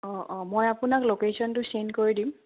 অঁ অঁ মই আপোনাক লোকেশচনটো চেণ্ড কৰি দিম